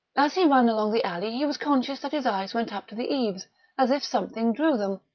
as he ran along the alley he was conscious that his eyes went up to the eaves as if something drew them.